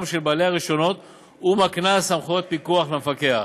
של בעלי הרישיונות ומקנה סמכויות פיקוח למפקח.